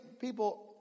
People